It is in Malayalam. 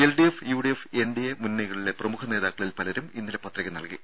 എൽഡിഎഫ് യുഡിഎഫ് എൻഡിഎ മുന്നണികളിലെ പ്രമുഖ നേതാക്കളിൽ പലരും ഇന്നലെ പത്രിക നൽകി